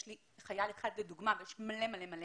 יש לי חייל אחד לדוגמה - אבל יש לי הרבה חיילים כאלה